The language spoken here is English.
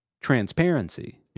transparency